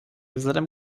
vzhledem